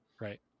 right